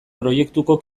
proiektuko